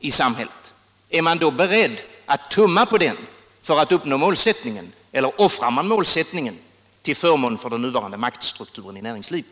i samhället, är man då beredd att tumma på denna för att uppnå målsättningen eller offrar man målsättningen till förmån för den nuvarande maktstrukturen i näringslivet?